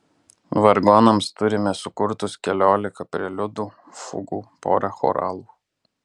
vargonams turime sukurtus keliolika preliudų fugų porą choralų